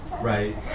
right